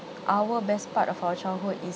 our best part of our childhood is